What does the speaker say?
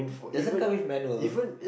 doesn't come with manual